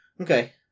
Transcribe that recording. Okay